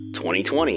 2020